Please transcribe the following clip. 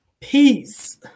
Peace